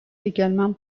également